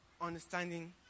understanding